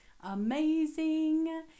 amazing